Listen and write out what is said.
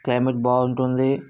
climate బాగుంటుంది